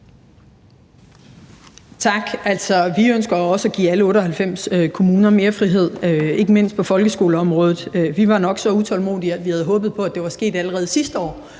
Tak. Vi ønsker også at give alle 98 kommuner mere frihed, ikke mindst på folkeskoleområdet. Vi var nok så utålmodige, at vi havde håbet på, at det var sket allerede sidste år